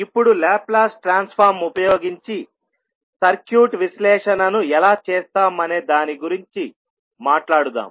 ఇప్పుడు Laplace transform ఉపయోగించి circuit విశ్లేషణను ఎలా చేస్తాం అనే దాని గురించి మాట్లాడుదాం